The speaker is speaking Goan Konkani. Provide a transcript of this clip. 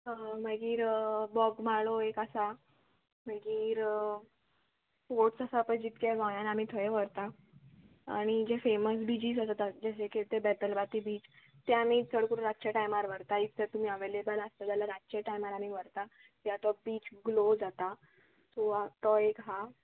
मागीर बोगमाळो एक आसा मागीर फोर्ट्स आसा पळय जितके गोंयान आमी थंय व्हरता आनी जे फेमस बिचीस आसात जशे की ते बेतलवाती बीच ते आमी चड करून रातचे टायमार व्हरता इतले तुमी अवेलेबल आसता जाल्यार रातचे टायमार आमी व्हरता कित्या तो बीच ग्लो जाता सो तो एक आहा